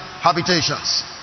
habitations